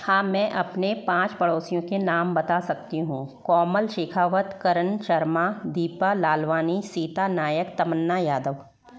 हाँ मैं अपने पाँच पड़ोसियों के नाम बता सकती हूँ कोमल शिखावत करण शर्मा दीपा लालवानी सीता नायक तमन्ना यादव